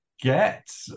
get